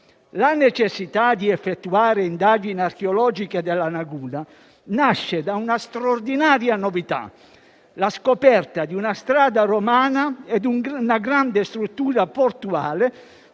La necessità di effettuare indagini archeologiche nella laguna nasce da una straordinaria novità: la scoperta di una strada romana e di una grande struttura portuale,